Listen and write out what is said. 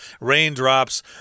raindrops